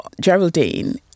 Geraldine